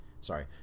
sorry